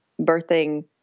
birthing